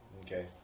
Okay